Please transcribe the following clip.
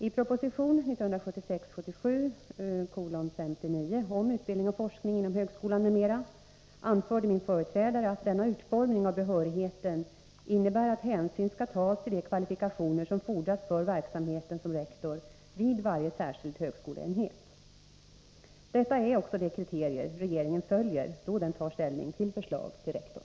I proposition 1976/77:59 om utbildning och forskning inom högskolan m.m. anförde min företrädare att denna utformning av behörigheten innebär att hänsyn skall tas till de kvalifikationer som fordras för verksamheten som rektor vid varje särskild högskoleenhet. Dessa är också de kriterier regeringen följer då den tar ställning till förslag till rektor.